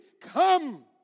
Come